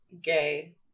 gay